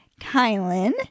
Kylan